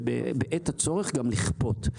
ובעת הצורך גם לכפות.